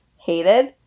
hated